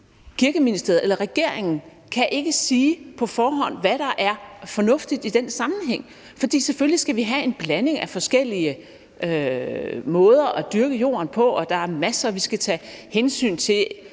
Kirkeministeriet eller regeringen kan ikke på forhånd sige, hvad der er fornuftigt i den sammenhæng. Selvfølgelig skal vi have en blanding af forskellige måder at dyrke jorden på, og der er masser, vi skal tage hensyn til,